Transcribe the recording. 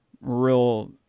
real